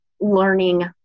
learning